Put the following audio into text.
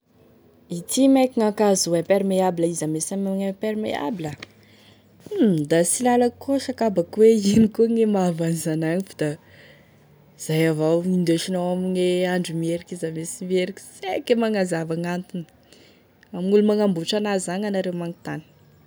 Ity mein koa gn'akanzo imperméable izy ame sy ameimper- imperméable, hum da sy lalako koa saky abako hoe ino koa mahavy an'izany any fa da izay avao e, gn'indesignao amine andro miheriky izy ame sy miheriky, sy aiko e magnanzava gn'antony, amign'olo magnamboatry an'azy agny anareo magnontany gn'antony.